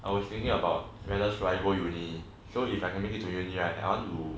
I was thinking about should I go uni so if I can make it to uni right I want to